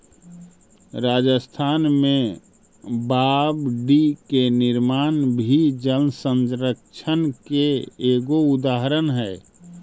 राजस्थान में बावडि के निर्माण भी जलसंरक्षण के एगो उदाहरण हई